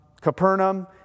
Capernaum